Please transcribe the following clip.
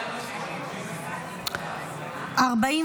הצעת סיעת יש עתיד להביע אי-אמון בממשלה לא נתקבלה.